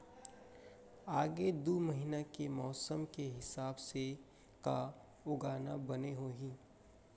आगे दू महीना के मौसम के हिसाब से का उगाना बने होही?